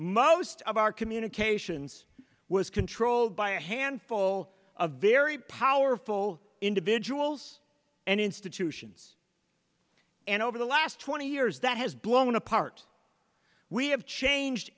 most of our communications was controlled by a handful of very powerful individuals and institutions and over the last twenty years that has blown apart we have changed